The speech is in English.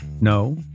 No